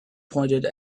pointed